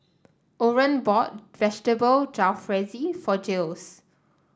Orren bought Vegetable Jalfrezi for Jiles